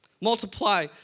Multiply